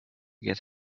get